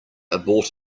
abort